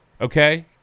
Okay